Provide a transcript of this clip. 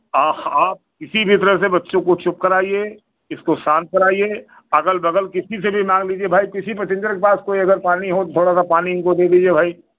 आह आप किसी भी तरह से बच्चो को चुप कराइए इसको शांत कराइए अगल बगल किसी से भी मांग लीजिए भाई किसी पैसेन्जर के पास कोई अगर पानी हो थोड़ा सा पानी इनको दे दीजिए भाई